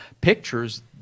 pictures